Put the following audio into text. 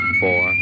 four